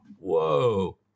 Whoa